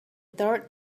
third